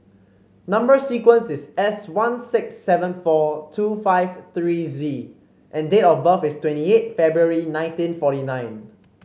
number sequence is S one six seven four two five three Z and date of birth is twenty eight February nineteen forty nine